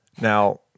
Now